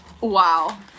Wow